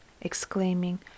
exclaiming